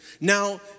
Now